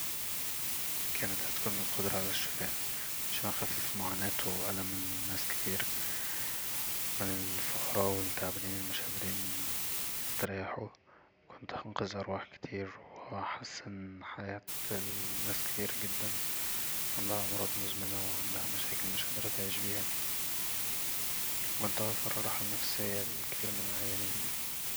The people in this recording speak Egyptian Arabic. كانت هتكون القدرة على الشفاء علشان اخفف معاناة وألم ناس كتير من الفقرا والتعبانين اللي مش قادرين يستريحو كنت هنقذ أرواح كتير وأحسن حياة ناس كتير جدا عندها أمراض مزمنة وعندها مشاكل مش قادرة تعيش بيها وكنت هوفر الراحة النفسية لكتير من العيانين